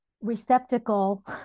receptacle